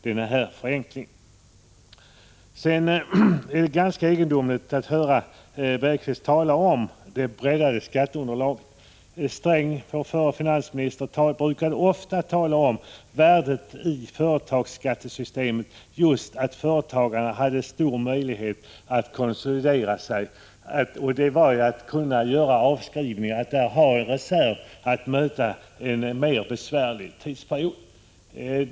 Det är ganska egendomligt att höra Bergqvist tala om det breddade skatteunderlaget. Förre finansministern Sträng brukade ofta tala om det värde i företagsskattesystemet som låg just i att företagarna hade stor möjlighet att konsolidera sig genom att göra avskrivningar och ha en reserv för att kunna möta en mer besvärlig tidsperiod.